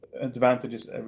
advantages